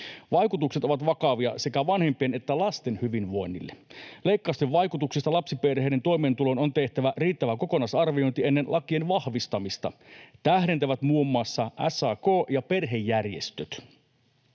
Vaikutukset ovat vakavia sekä vanhempien että lasten hyvinvoinnille. Leikkausten vaikutuksista lapsiperheiden toimeentuloon on tehtävä riittävä kokonaisarviointi ennen lakien vahvistamista, tähdentävät muun muassa SAK ja perhejärjestöt.